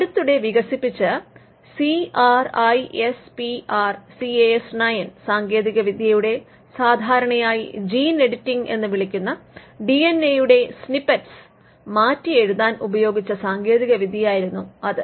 അടുത്തിടെ വികസപ്പിച്ച C R I S P R C A S 9 സാങ്കേതിക വിദ്യയുണ്ട് സാധാരണയായി ജീൻ എഡിറ്റിംഗ് എന്ന് വിളിക്കുന്ന ഡി എൻ എയുടെ സ്നിപ്പെറ്റുകൾ മാറ്റിയെഴുതാൻ ഉപയോഗിച്ച സാങ്കേതികവിദ്യയായിരുന്നു അത്